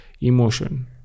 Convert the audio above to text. emotion